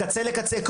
קצה לקצה,